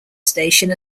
station